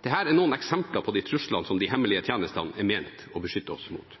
Dette er noen eksempler på de truslene som de hemmelige tjenestene er ment å beskytte oss mot.